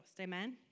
Amen